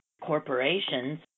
corporations